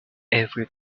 every